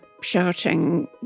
shouting